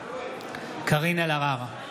קארין אלהרר,